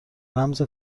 رمز